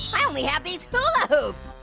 i only have these hula hoops.